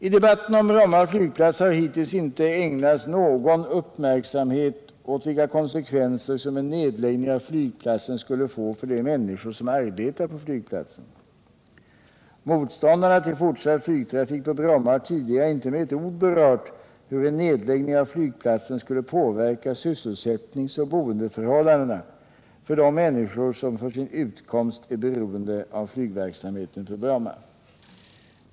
I debatten om Bromma flygplats har hittills inte ägnats någon uppmärksamhet åt vilka konsekvenser som en nedläggning av flygplatsen skulle få för de människor som arbetar på flygplatsen. Motståndarna till fortsatt flygtrafik på Bromma har tidigare inte med ett ord berört hur en nedläggning av flygplatsen skulle påverka sysselsättningsoch boendeförhållandena för de människor som för sin utkomst är beroende av flygverksamheten på Bromma.